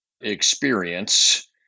experience